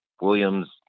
Williams